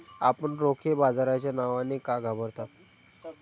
आपण रोखे बाजाराच्या नावाने का घाबरता?